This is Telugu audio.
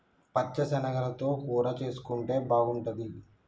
పచ్చ శనగలతో కూర చేసుంటే బాగుంటది